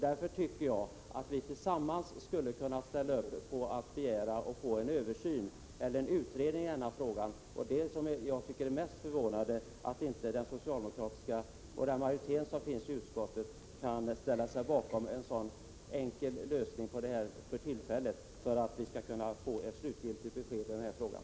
Jag tycker att vi därför tillsammans skulle kunna ställa upp för att begära en översyn och få frågan utredd. Det mest förvånande är att socialdemokraterna och majoriteten i utskottet inte kan ställa sig bakom en sådan för tillfället enkel lösning i avvaktan på ett slutgiltigt besked i den här frågan.